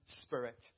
spirit